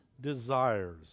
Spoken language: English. Desires